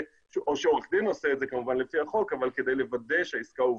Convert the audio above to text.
- או שעורך דין עושה את זה כמובן לפי החוק שהעסקה הובנה.